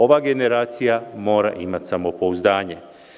Ova generacija mora imati samopouzdanje.